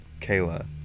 kayla